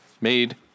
Made